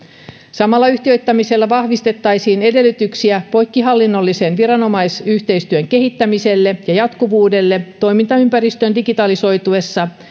samalla yhtiöittämisellä vahvistettaisiin edellytyksiä poikkihallinnollisen viranomaisyhteistyön kehittämiselle ja jatkuvuudelle toimintaympäristön digitalisoituessa